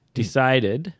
decided